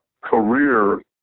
career